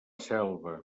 selva